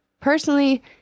personally